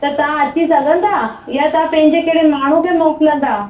त तव्हां अची सघंदा या तव्हां पंहिंजे कहिड़े माण्हू खे मोकिलंदा